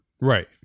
Right